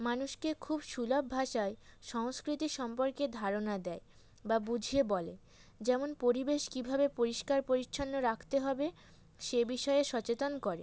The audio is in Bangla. মানুষকে খুব সুলভ ভাষায় সংস্কৃতির সম্পর্কে ধারণা দেয় বা বুঝিয়ে বলে যেমন পরিবেশ কীভাবে পরিষ্কার পরিচ্ছন্ন রাখতে হবে সে বিষয়ে সচেতন করে